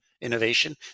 innovation